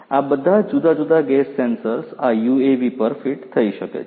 આ બધા જુદા જુદા ગેસ સેન્સર્સ આ યુએવી પર ફીટ થઈ શકે છે